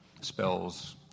spells